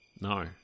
No